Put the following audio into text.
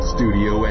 Studio